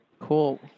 Cool